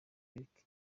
lick